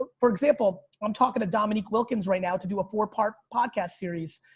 but for example, i'm talking to dominique wilkins right now to do a four-part podcast series.